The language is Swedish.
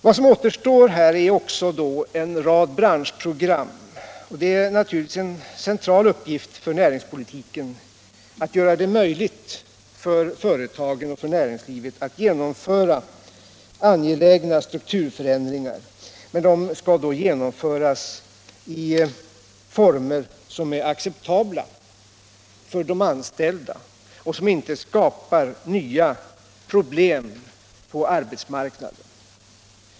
Vad som återstår är också en rad branschprogram, och det är naturligtvis en central uppgift för näringspolitiken att göra det möjligt för företagen och för näringslivet att genomföra angelägna strukturförändringar, men de skall då genomföras i former som är acceptabla för de anställda och som inte skapar nya problem på arbetsmarknaden.